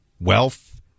wealth